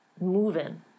move-in